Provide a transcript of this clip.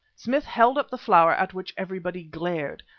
smith held up the flower at which everybody glared.